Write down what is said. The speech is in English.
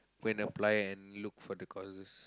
go and apply and look for the courses